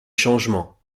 changements